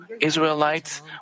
Israelites